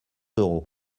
d’euros